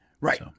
Right